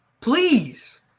Please